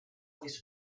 these